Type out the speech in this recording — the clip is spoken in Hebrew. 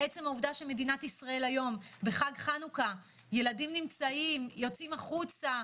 עצם זה שבמדינת ישראל בחג החנוכה ילדים יוצאים החוצה,